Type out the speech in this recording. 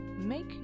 make